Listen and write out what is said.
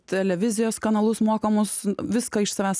televizijos kanalus mokamus viską iš savęs